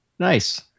Nice